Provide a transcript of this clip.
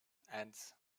eins